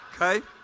Okay